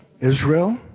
Israel